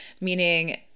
meaning